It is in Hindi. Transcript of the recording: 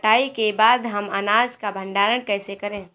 कटाई के बाद हम अनाज का भंडारण कैसे करें?